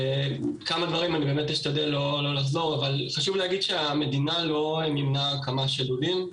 חשוב להגיד שהמדינה לא מימנה הקמה של לולים.